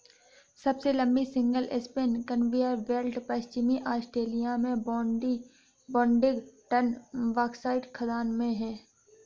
सबसे लंबी single span conveyor belt पश्चिमी ऑस्ट्रेलिया में बोडिंगटन बॉक्साइट खदान में है